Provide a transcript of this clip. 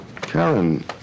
Karen